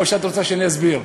או שאת רוצה שאני אסביר?